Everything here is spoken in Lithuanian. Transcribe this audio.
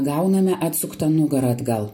gauname atsuktą nugarą atgal